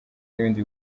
n’ibindi